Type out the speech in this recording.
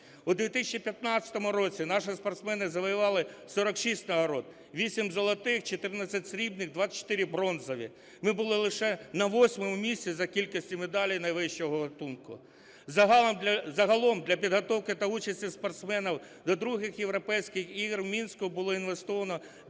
У 2015 році наші спортсмени завоювали 46 нагород: 8 золотих, 14 срібних, 24 бронзові. Ми були лише на 8 місці за кількістю медалей найвищого ґатунку. Загалом для підготовки та участі спортсменів до ІІ Європейських ігор в Мінську було інвестовано